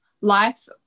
life